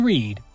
Read